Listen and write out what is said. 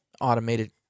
automated